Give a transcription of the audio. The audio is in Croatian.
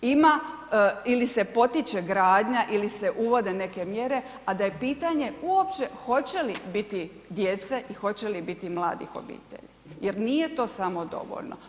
Ima ili se potiče gradnja ili se uvode neke mjere a da je pitanje uopće hoće li biti djece i hoće li biti mladih obitelji jer nije to samo dovoljno.